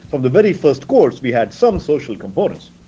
from the very first course we had some social components.